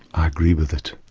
i agree with it.